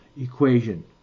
equation